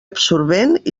absorbent